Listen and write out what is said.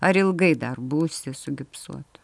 ar ilgai dar būsi sugipsuot